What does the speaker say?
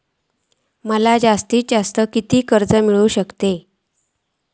माका जास्तीत जास्त कितक्या कर्ज मेलाक शकता?